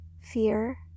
fear